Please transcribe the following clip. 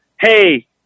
hey